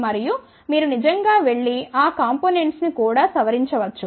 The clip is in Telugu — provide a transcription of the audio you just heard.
మరియు మీరు నిజంగా వెళ్లి ఆ కాంపొనెంట్స్ని కూడా సవరించవచ్చు